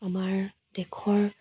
আমাৰ দেশৰ